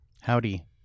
Howdy